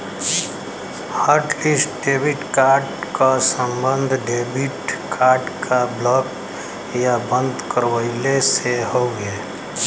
hotlist debit card क सम्बन्ध debit card क ब्लॉक या बंद करवइले से हउवे